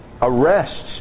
arrests